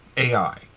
AI